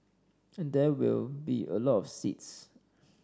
and there will be a lot of seeds